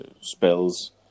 spells